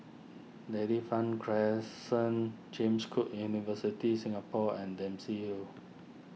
Dairy Farm Crescent James Cook University Singapore and Dempsey Hill